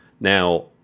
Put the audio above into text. Now